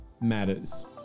matters